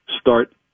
start